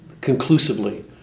conclusively